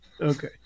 Okay